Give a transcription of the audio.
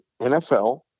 NFL